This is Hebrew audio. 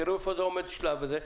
תראו איפה זה עומד בשלב הזה.